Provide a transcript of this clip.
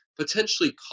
potentially